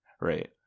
right